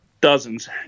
dozens